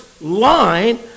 line